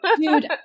Dude